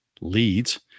leads